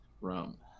Rome